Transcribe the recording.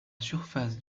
surface